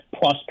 plus